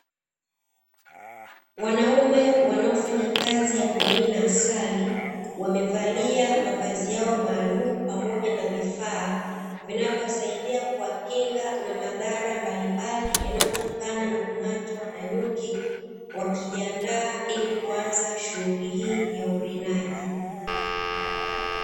Wanaume wanaofanya kazi ya kurina asali, wamevalia mavazi yao maalumu pamoja na vifaa, vinavyowasaidia kuwakinga na madhara mbalimbali yanayotokana na kung'atwa na nyuki, wakijiandaa ili kuanza shughuli hii ya urinaji.